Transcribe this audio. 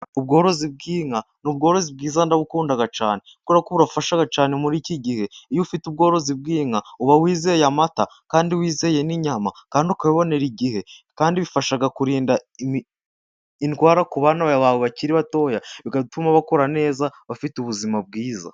Ubworozi bw'inka n'ubworozi bwiza ndabukunda cyane, kubera ko burafasha cyane, muri iki gihe iyo ufite ubworozi bw'inka uba wizeye amata kandi wizeye n'inyama kandi ukabibonera igihe, kandi bifasha kurinda indwara ku bana bawe bakiri bato bigatuma bakora neza aba bafite ubuzima bwiza.